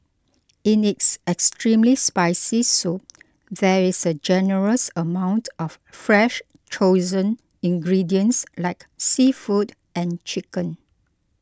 in its extremely spicy soup there is a generous amount of fresh chosen ingredients like seafood and chicken